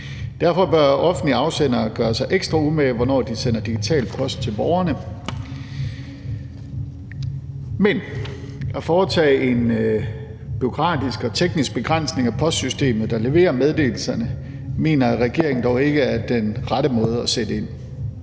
Derfor bør offentlige afsendere gøre sig ekstra umage med, hvornår de sender digital post til borgerne; men at foretage en bureaukratisk og teknisk begrænsning af postsystemet, der leverer meddelelserne, mener regeringen dog ikke er den rette måde at sætte ind